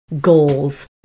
goals